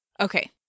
Okay